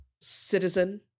citizen